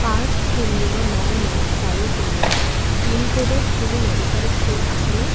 পাঁচ শূন্য ন ন চাৰি শূন্য পিনকোডত কোনো মেডিকেল ষ্ট'ৰ আছেনে